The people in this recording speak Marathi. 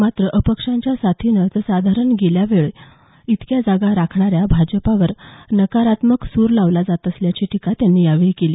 मात्र अपक्षांच्या साथीनंच साधारण गेल्यावेळ इतक्या जागा राखणा या भाजपवर नकारात्मक सूर लावला जात असल्याची टीका त्यांनी यावेळी केली